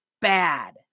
bad